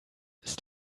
ist